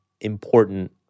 important